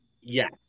yes